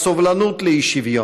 מהסובלנות לאי-שוויון,